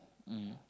mm